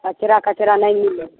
अचरा कचरा नहि मिलत